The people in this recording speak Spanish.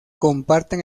comparten